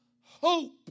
hope